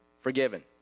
forgiven